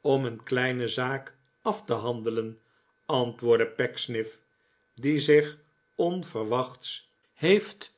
om een kleine zaak af te handelen antwoordde pecksniff die zich onverwachts heeft